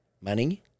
Money